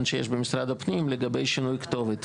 שיש במשרד הפנים לגבי שינוי כתובת,